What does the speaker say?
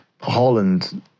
Holland